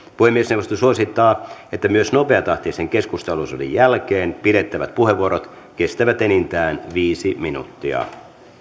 puhemiesneuvosto suosittaa että myös nopeatahtisen keskusteluosuuden jälkeen pidettävät puheenvuorot kestävät enintään viisi minuuttia